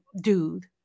dude